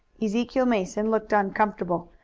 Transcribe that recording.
ezekiel mason looked uncomfortable,